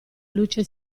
luce